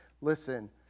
Listen